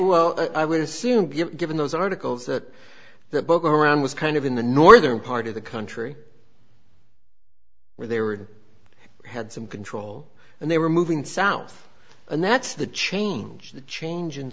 well i would assume given those articles that the book around was kind of in the northern part of the country where they were had some control and they were moving south and that's the change the change in